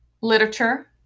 literature